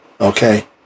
Okay